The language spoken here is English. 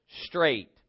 Straight